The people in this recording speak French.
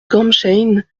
gambsheim